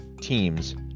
teams